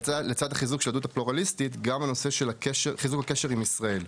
לצד חיזוק היהדות הפלורליסטית גם את נושא חיזוק הקשר עם ישראל.